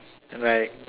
right